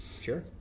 sure